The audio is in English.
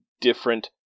different